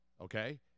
okay